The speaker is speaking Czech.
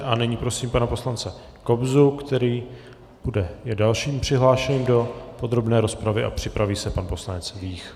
A nyní prosím pana poslance Kobzu, který je dalším přihlášeným do podrobné rozpravy, a připraví se pan poslanec Vích.